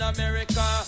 America